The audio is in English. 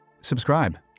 Subscribe